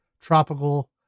tropical